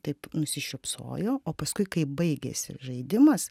taip nusišypsojo o paskui kai baigėsi žaidimas